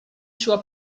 sua